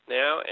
now